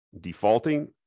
defaulting